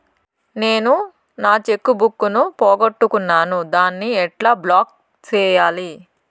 నేను నా cheque book ను పోగొట్టుకున్నాను దాన్ని ఎట్లా బ్లాక్ సేయాలి?